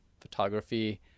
photography